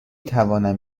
توانم